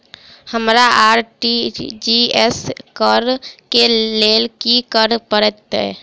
हमरा आर.टी.जी.एस करऽ केँ लेल की करऽ पड़तै?